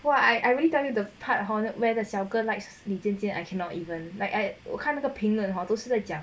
!wah! I I really tell you the part hor where the 小哥 likes 李尖尖 I cannot even like 我看那个评论 hor 都是在讲